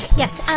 yes.